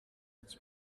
its